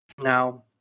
now